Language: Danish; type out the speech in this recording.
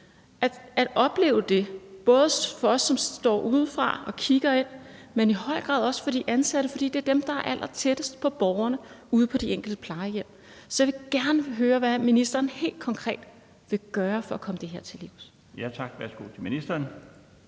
at opleve det, både for os, der står udefra og kigger ind, men i høj grad også for de ansatte, for det er dem, der er allertættest på borgerne ude på de enkelte plejehjem. Så jeg vil gerne høre, hvad ministeren helt konkret vil gøre for at komme det her til livs. Kl. 15:55 Den